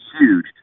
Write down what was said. huge